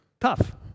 tough